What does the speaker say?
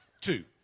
two